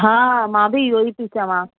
हा मां बि इहेई पई चवां